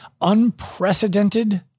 unprecedented